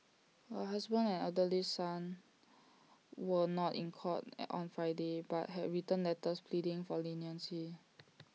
her husband and elderly son were not in court on Friday but had written letters pleading for leniency